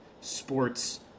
sports